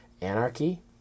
Anarchy